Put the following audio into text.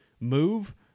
move